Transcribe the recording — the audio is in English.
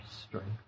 strength